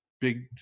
big